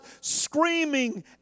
screaming